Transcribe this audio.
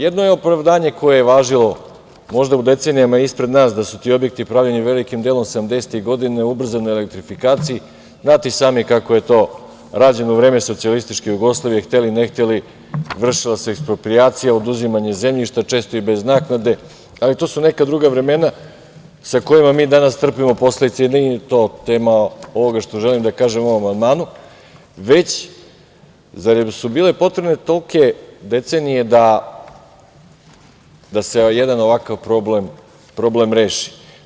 Jedno je opravdanje koje je važilo možda u decenijama ispred nas da su ti objekti pravljeni velikim delom 70. tih godina, ubrzanoj elektrifikaciji, jer znate i sami kako je to rađeno u vreme socijalističke Jugoslavije, hteli ili ne hteli, vršila se eksproprijacija oduzimanje zemljišta, često i bez naknade, ali to su neka druga vremena sa kojima mi danas trpimo posledice i nije to tema ovoga što želim da kažem o ovom amandmanu, već zar su bile potrebne tolike decenije, da se jedan ovakav problem reši.